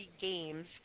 games